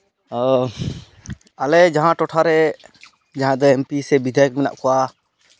ᱚ ᱟᱞᱮ ᱡᱟᱦᱟᱸ ᱴᱚᱴᱷᱟᱨᱮ ᱡᱟᱦᱟᱸᱭ ᱫᱚ ᱮᱢ ᱯᱤ ᱥᱮ ᱵᱤᱫᱷᱟᱭᱚᱠ ᱢᱮᱱᱟᱜ ᱠᱚᱣᱟ